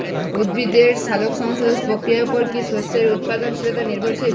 উদ্ভিদের সালোক সংশ্লেষ প্রক্রিয়ার উপর কী শস্যের উৎপাদনশীলতা নির্ভরশীল?